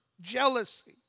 jealousy